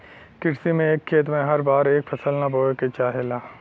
कृषि में एक खेत में हर बार एक फसल ना बोये के चाहेला